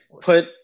Put